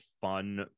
fun